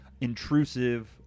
Intrusive